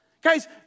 Guys